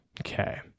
Okay